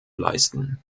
leisten